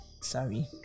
Sorry